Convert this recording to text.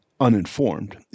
uninformed